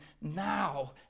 now